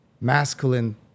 masculine